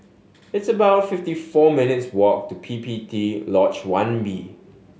it's about fifty four minutes' walk to P P T Lodge One B